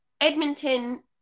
Edmonton